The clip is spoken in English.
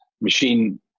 machine